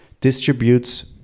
distributes